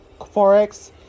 Forex